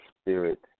spirit